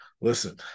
listen